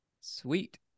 sweet